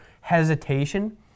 hesitation